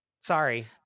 Sorry